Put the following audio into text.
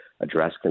address